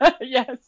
Yes